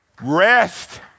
Rest